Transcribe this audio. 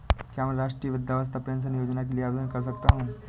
क्या मैं राष्ट्रीय वृद्धावस्था पेंशन योजना के लिए आवेदन कर सकता हूँ?